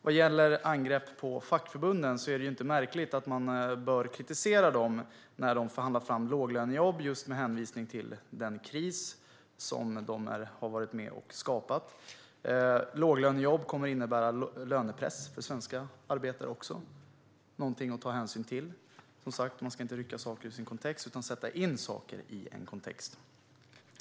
Vad gäller angrepp på fackförbunden är det inte märkligt att kritisera dem, eftersom de förhandlar fram låglönejobb med hänvisning till just den kris som de har varit med och skapat. Låglönejobb kommer att innebära lönepress även för svenska arbetare. Det är något man också måste ta hänsyn till. Man ska som sagt inte rycka saker ur deras kontext, utan i stället sätta in saker i en kontext.